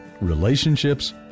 relationships